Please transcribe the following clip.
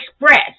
express